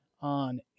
on